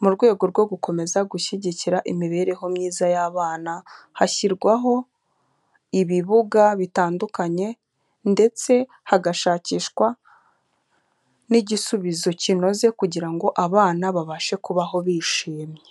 mu rwego rwo gukomeza gushyigikira imibereho myiza y'abana, hashyirwaho ibibuga bitandukanye ndetse hagashakishwa n'igisubizo kinoze kugira ngo abana babashe kubaho bishimye.